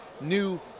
new